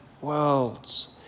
worlds